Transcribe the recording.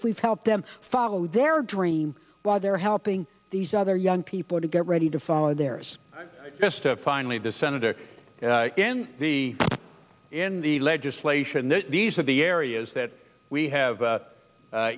if we've helped them follow their dream while they're helping these other young people to get ready to follow there's just a finally this senator in the in the legislation that these are the areas that we have